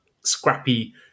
scrappy